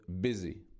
busy